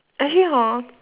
actually hor